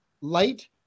light